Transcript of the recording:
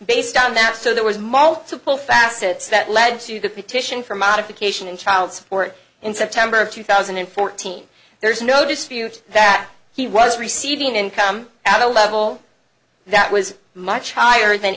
based on that so there was multiple facets that led to the petition for modification in child support in september of two thousand and fourteen there's no dispute that he was receiving income at a level that was much higher than